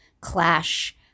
Clash